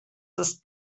ist